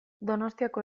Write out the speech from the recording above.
donostiako